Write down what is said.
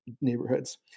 neighborhoods